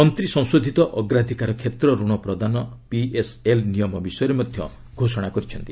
ମନ୍ତ୍ରୀ ସଂଶୋଧିତ ଅଗ୍ରାଧକାର କ୍ଷେତ୍ର ଋଣ ପ୍ରଦାନ ପିଏସ୍ଏଲ୍ ନିୟମ ବିଷୟରେ ମଧ୍ୟ ଘୋଷଣା କରିଛନ୍ତି